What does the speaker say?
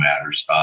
matters